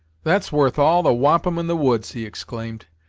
that's worth all the wampum in the woods! he exclaimed.